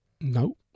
No